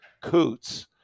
coots